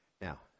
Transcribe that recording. Now